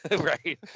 Right